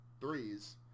threes